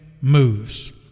moves